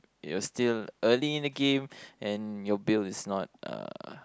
you're still early in the game and your build is not uh